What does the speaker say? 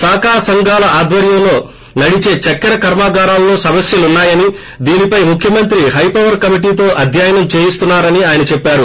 సహకార సంఘాల ఆధ్వర్యంలో నడిచే చక్కెర కర్మాగారాల్లో సమస్యలున్నాయని దీనిపై ముఖ్యమంత్రి హై పవర్ కమిటీతో అధ్యయనం చేయిస్తున్నారని ఆయన చెప్పారు